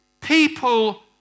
people